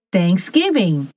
Thanksgiving